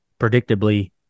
predictably